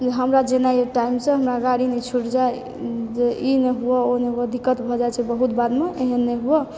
ई हमरा जेनायए टाइमसँ हमरा गाड़ी नहि छूटि जाय जे ई नहि हुअ ओ नहि हुअ दिक्कत भऽ जाय छै बहुत बादमे एहेन नहि हुअ